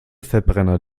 verbrenner